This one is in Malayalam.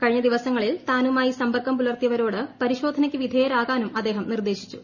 കഴിഞ്ഞ ദിവസങ്ങളിൽ താനുമായി സമ്പർക്കം പുലർത്തിയവരോട് പരിശോധനക്ക് വിധേയരാകാനും അദ്ദേഹം നിർദേശിച്ചു